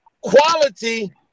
quality